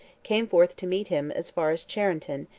came forth to meet him as far as charenton,